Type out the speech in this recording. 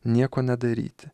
nieko nedaryti